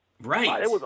Right